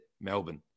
Melbourne